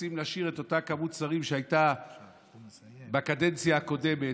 שרוצים להשאיר את אותו מספר שרים שהיה בקדנציה הקודמת,